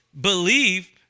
believe